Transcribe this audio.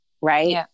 Right